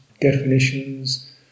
definitions